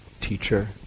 teacher